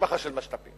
ממשפחה של משת"פים,